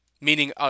meaning